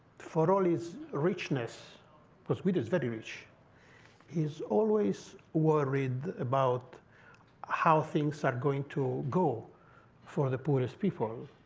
for all his richness because guido's very rich he's always worried about how things are going to go for the poorest people.